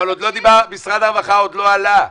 אבל משרד הרווחה עוד לא עלה.